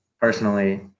personally